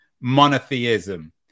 monotheism